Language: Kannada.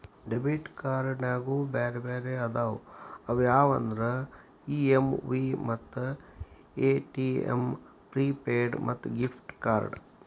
ಡೆಬಿಟ್ ಕ್ಯಾರ್ಡ್ನ್ಯಾಗು ಬ್ಯಾರೆ ಬ್ಯಾರೆ ಅದಾವ ಅವ್ಯಾವಂದ್ರ ಇ.ಎಮ್.ವಿ ಮತ್ತ ಎ.ಟಿ.ಎಂ ಪ್ರಿಪೇಯ್ಡ್ ಮತ್ತ ಗಿಫ್ಟ್ ಕಾರ್ಡ್ಸ್